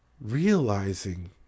realizing